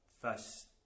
first